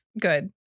good